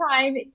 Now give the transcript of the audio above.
time